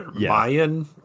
mayan